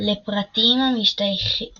לפרטים המשתייכים